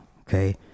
okay